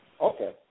Okay